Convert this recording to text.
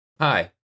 hi